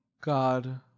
God